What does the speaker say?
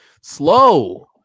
slow